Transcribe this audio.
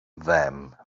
them